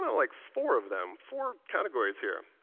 like four of them. four categories here.